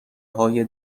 های